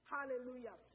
Hallelujah